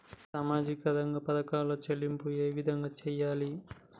సామాజిక రంగ పథకాలలో చెల్లింపులు ఏ విధంగా చేయాలి?